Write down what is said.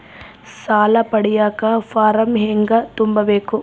ಸಾಲ ಪಡಿಯಕ ಫಾರಂ ಹೆಂಗ ತುಂಬಬೇಕು?